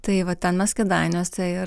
tai va ten mes kėdainiuose ir